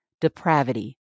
depravity